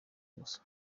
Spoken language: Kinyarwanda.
gusa